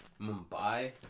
Mumbai